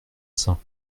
saint